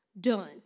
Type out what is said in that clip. Done